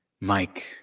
Mike